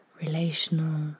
relational